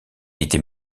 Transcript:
était